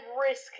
risk